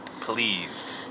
pleased